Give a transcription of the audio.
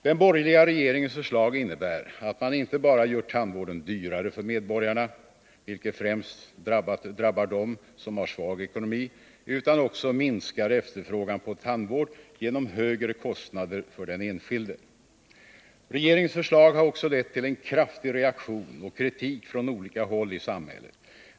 Den borgerliga regeringens förslag innebär att man inte bara gör tandvården dyrare för medborgarna — vilket främst drabbar dem som har svag ekonomi — utan också minskar efterfrågan på tandvård genom högre kostnader för den enskilde. Regeringens förslag har också lett till en kraftig reaktion och kritik från 157 olika håll i samhället.